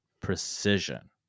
precision